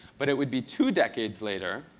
but it would be two decades later,